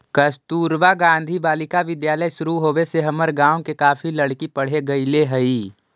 कस्तूरबा गांधी बालिका विद्यालय शुरू होवे से हमर गाँव के काफी लड़की पढ़े लगले हइ